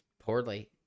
Poorly